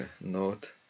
note